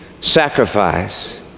sacrifice